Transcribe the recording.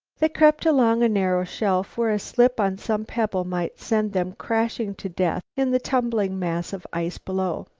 they crept along a narrow shelf where a slip on some pebble might send them crashing to death in the tumbled mass of ice below.